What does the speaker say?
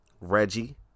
Reggie